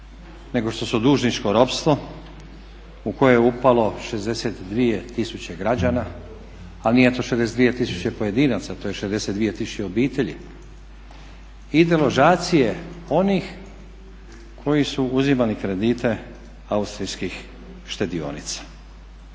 nego što su dužničko ropstvo u koje je upalo 62 tisuće građana ali nije to 62 tisuće pojedinaca, to je 62 tisuće obitelji i deložacije onih koji su uzimali kredite austrijskih štedionica.